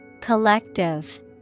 Collective